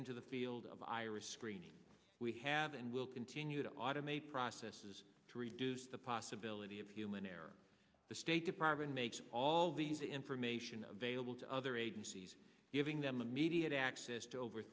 into the field of iris screening we have and will continue to automate processes to reduce the possibility of human error the state department makes all these information available to other agencies giving them immediate access to over